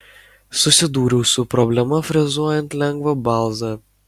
susidūriau su problema frezuojant lengvą balzą